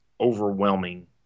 overwhelming